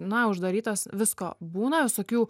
na uždarytos visko būna visokių